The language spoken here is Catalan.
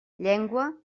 llengua